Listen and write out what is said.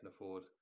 afford